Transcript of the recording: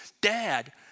dad